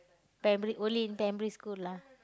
primary only in primary school lah